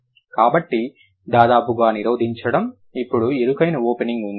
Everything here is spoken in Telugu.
కాబట్టి దాదాపుగా నిరోధించడం అప్పుడు ఇరుకైన ఓపెనింగ్ ఉంది